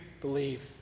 believe